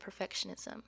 perfectionism